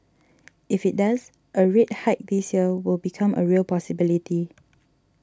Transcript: if it does a rate hike this year will become a real possibility